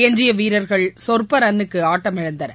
எஞ்சிய வீரர்கள் சொற்ப ரன்னுக்கு ஆட்டமிழந்தனர்